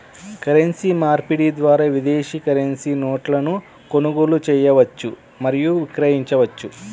currency మార్పిడి ద్వారా విదేశీ కరెన్సీ నోట్లను కొనుగోలు చేయవచ్చు మరియు విక్రయించవచ్చు